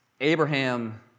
Abraham